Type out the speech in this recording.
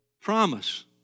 promise